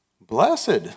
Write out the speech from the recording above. Blessed